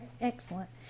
Excellent